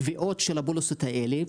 תביעות של הפוליסות האלה.